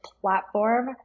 platform